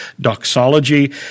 doxology